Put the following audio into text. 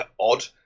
odd